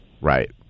Right